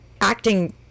acting